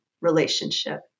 relationship